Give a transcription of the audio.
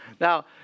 Now